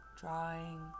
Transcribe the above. Drawing